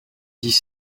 dix